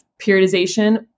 periodization